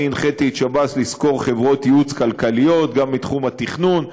אני הנחיתי את שב"ס לשכור חברות ייעוץ כלכליות גם בתחום התכנון.